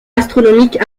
astronomique